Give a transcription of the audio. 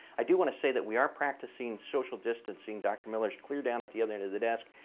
i do want to say that we are practicing social distancing. dr. miller's clear down at the other end of the desk.